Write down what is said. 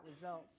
results